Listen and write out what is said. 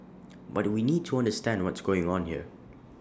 but we need to understand what's going on here